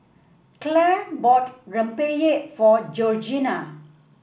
Clair bought rempeyek for Georgiana